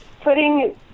putting